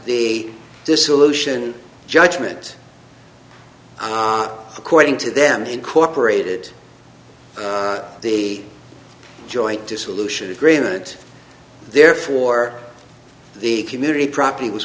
the dissolution judgement on according to them incorporated the joint dissolution agreement therefore the community property was